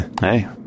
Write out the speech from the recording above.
Hey